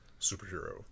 superhero